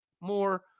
more